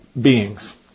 beings